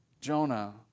Jonah